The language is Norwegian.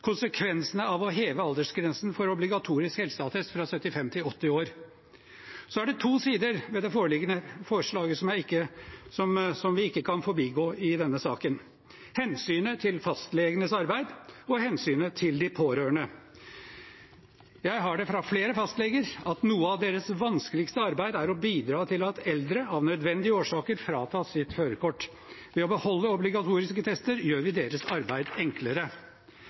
konsekvensene av å heve aldersgrensen for obligatorisk helseattest fra 75 til 80 år. Så er det to sider ved det foreliggende forslaget som vi ikke kan forbigå i denne saken: hensynet til fastlegenes arbeid og hensynet til de pårørende. Jeg har det fra flere fastleger at noe av deres vanskeligste arbeid er å bidra til at eldre av nødvendige årsaker fratas sitt førerkort. Ved å beholde obligatoriske tester gjør vi deres arbeid enklere.